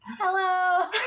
Hello